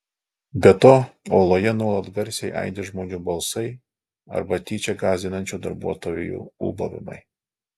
be to oloje nuolat garsiai aidi žmonių balsai arba tyčia gąsdinančių darbuotojų ūbavimai